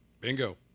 Bingo